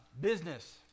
Business